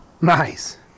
nice